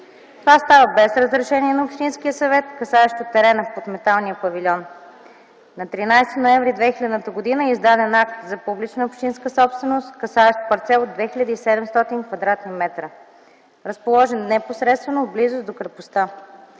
Това става без разрешение на общинския съвет, касаещо терена с металния павилион. На 13 ноември 2000 г. е издаден акт за публична общинска собственост, касаещ парцел от 2700 кв.м, разположен непосредствено близо до крепостта.